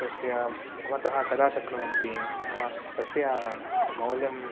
तस्यां भवन्तः कदा शक्नुवन्ति अथवा तस्य मौल्यं